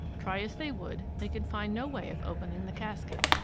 try as they would, they could find no way of opening the casket.